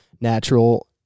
natural